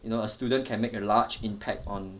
you know a student can make a large impact on